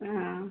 ആ